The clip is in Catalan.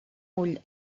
ull